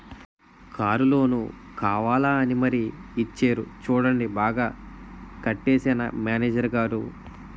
Car loan కావాలా అని మరీ ఇచ్చేరు చూడండి బాగా కట్టేశానా మేనేజరు గారూ?